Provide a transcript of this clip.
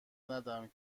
ندم